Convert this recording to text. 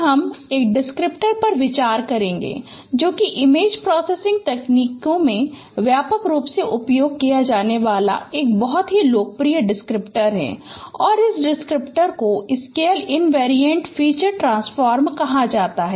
अब हम एक डिस्क्रिप्टर पर विचार करेंगे जो कि इमेज प्रोसेसिंग तकनीकों में व्यापक रूप से उपयोग किया जाने वाला एक बहुत ही लोकप्रिय डिस्क्रिप्टर है और इस डिस्क्रिप्टर को स्केल इनवेरिएंट फीचर ट्रांसफॉर्म कहा जाता है